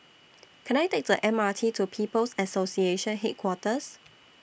Can I Take The M R T to People's Association Headquarters